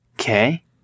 Okay